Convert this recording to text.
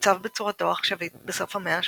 ועוצב בצורתו העכשווית בסוף המאה ה-18,